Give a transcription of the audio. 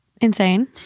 Insane